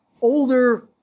older